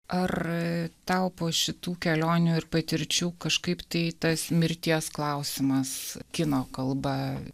ar tau po šitų kelionių ir patirčių kažkaip tai tas mirties klausimas kino kalba